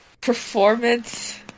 Performance